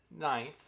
ninth